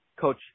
coach